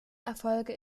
erfolge